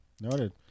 Noted